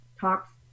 talks